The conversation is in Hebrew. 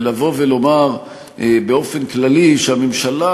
לבוא ולומר באופן כללי שהממשלה,